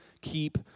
keep